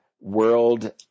world